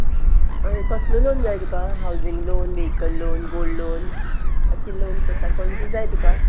हय कसलो लोन जाय तुका housing loan vehicle loan gold loan अशी लोन्स आसा खंयचो जाय तुका